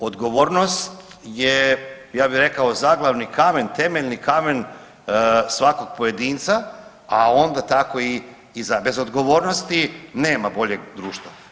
Odgovornost je, ja bih rekao, zaglavni kamen, temeljni kamen svakog pojedinca, a onda tako i za, bez odgovornosti nema boljeg društva.